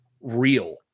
real